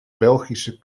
belgische